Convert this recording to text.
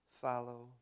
follow